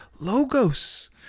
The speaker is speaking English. logos